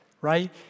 right